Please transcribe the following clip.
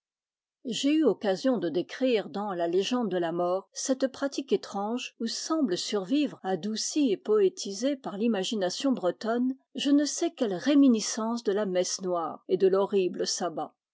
j'ai eu occasion de décrire dans la légende de la mort cette pratique étrange où semble survivre adoucie et poé tisée par l'imagination bretonne je ne sais quelle réminis cence de la messe noire et de l'horrible sabbat